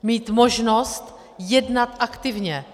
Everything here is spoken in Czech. Mít možnost jednat aktivně.